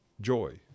joy